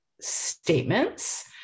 statements